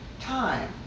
time